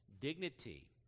dignity